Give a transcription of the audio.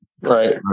Right